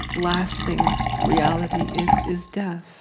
lasting reality is is death.